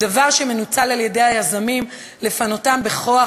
דבר שמנוצל על-ידי היזמים לפנותם בכוח